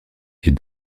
est